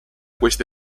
questa